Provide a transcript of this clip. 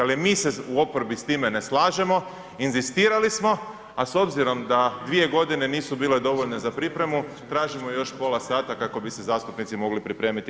Ali mi se u oporbi s time ne slažemo, inzistirali smo, a s obzirom da 2 godine nisu bile dovoljne za pripremu, tražimo još pola sata kako bi se zastupnici mogli pripremiti.